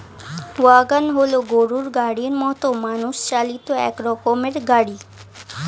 wagon হল গরুর গাড়ির মতো মানুষ চালিত এক রকমের গাড়ি